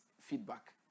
feedback